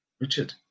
Richard